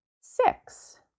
six